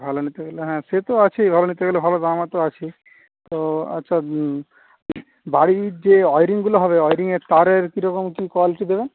ভালো নিতে গেলে হ্যাঁ সে তো আছেই ভালো নিতে গেলে ভালো দাম তো আছেই তো আচ্ছা বাড়ির যে ওয়্যারিঙ গুলো হবে ওয়্যারিঙের তারের কিরকম কি কোয়ালিটি দেবেন